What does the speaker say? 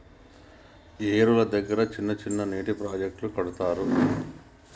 ఏరుల దగ్గర చిన్న చిన్న నీటి ప్రాజెక్టులను కడతారు